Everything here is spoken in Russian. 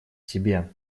тебе